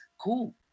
cool